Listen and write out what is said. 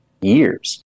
years